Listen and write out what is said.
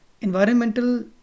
environmental